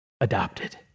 adopted